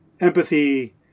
empathy